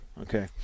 okay